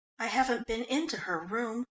i haven't been into her room.